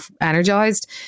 energized